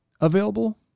available